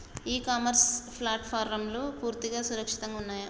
ఇ commerce ప్లాట్ఫారమ్లు పూర్తిగా సురక్షితంగా ఉన్నయా?